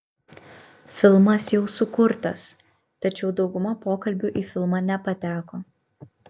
filmas jau sukurtas tačiau dauguma pokalbių į filmą nepateko